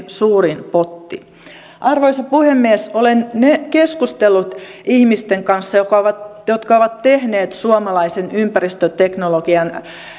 suurin potti arvoisa puhemies olen keskustellut ihmisten kanssa jotka ovat tehneet suomalaisen ympäristöteknologian